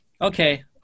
Okay